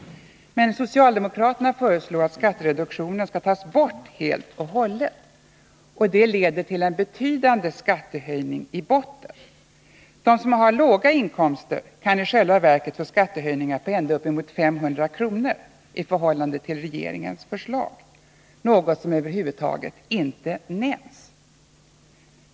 Socialdemokraterna föreslår att skattereduktionen skall tas bort helt och hållet. Resultatet blir en betydande skattehöjning i botten. De som har låga inkomster kan i själva verket få skattehöjningar på ända uppemot 500 kr. i förhållande till regeringens förslag, något som över huvud taget inte nämns.